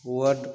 bird